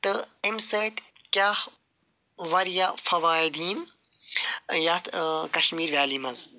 تہٕ اَمہِ سۭتۍ کیٛاہ وارِیاہ فوایِد یِنۍ یَتھ کشمیٖر ویلی منٛز